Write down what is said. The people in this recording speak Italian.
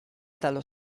dallo